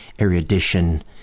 erudition